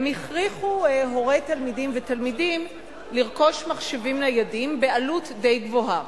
הם הכריחו הורי תלמידים ותלמידים לרכוש מחשבים ניידים בעלות די גבוהה.